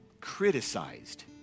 criticized